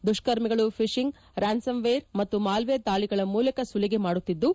ದುಷ್ಕರ್ಮಿಗಳು phishing ransomware ಮತ್ತು malware ದಾಳಿಗಳ ಮೂಲಕ ಸುಲಿಗೆ ಮಾಡುತ್ತಿದ್ದು